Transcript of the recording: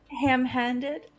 Ham-handed